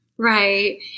Right